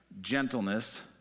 gentleness